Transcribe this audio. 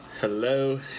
Hello